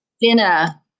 Dinner